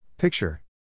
Picture